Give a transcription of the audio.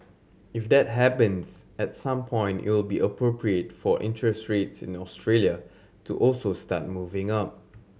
if that happens at some point it will be appropriate for interest rates in Australia to also start moving up